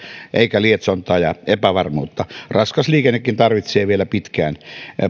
tietoa eikä lietsontaa ja epävarmuutta raskas liikennekin tarvitsee vielä pitkään